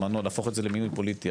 להפוך את זה למינוי פוליטי,